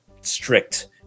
strict